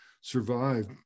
survive